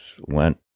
went